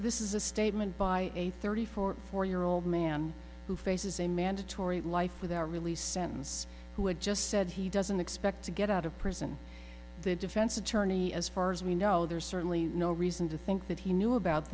this is a statement by a thirty four four year old man who faces a mandatory life without release sentence who had just said he doesn't expect to get out of prison the defense attorney as far as we know there's certainly no reason to think that he knew about